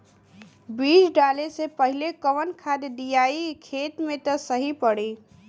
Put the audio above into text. बीज डाले से पहिले कवन खाद्य दियायी खेत में त सही पड़ी?